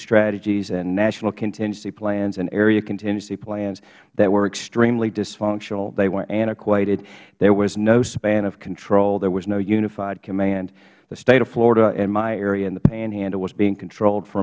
strategies and national contingency plans and area contingency plans that were extremely dysfunctional they were antiquated there was no span of control there was no unified command the state of florida in my area in the panhandle was being controlled f